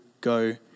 go